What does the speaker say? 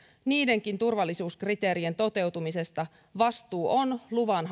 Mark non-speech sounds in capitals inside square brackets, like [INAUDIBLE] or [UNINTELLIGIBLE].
niidenkin turvallisuuskriteerien toteutumisesta on luvan [UNINTELLIGIBLE]